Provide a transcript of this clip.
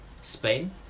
Spain